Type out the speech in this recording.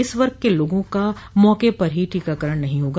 इस वर्ग के लोगों का मौके पर टीकाकरण नहीं होगा